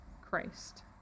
Christ